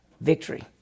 Victory